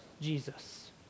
Jesus